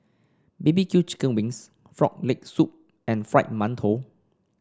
B B Q Chicken Wings Frog Leg Soup and Fried Mantou